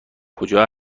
کجا